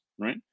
right